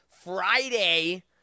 Friday